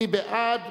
מי בעד?